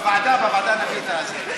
בוועדה, בוועדה נביא את הזה.